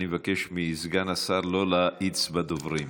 אני מבקש מסגן השר לא להאיץ בדוברים.